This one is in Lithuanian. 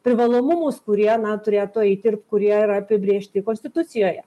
privalomumus kurie turėtų eiti ir kurie yra apibrėžti konstitucijoje